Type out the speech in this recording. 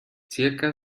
zirka